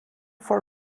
for